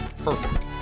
Perfect